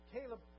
Caleb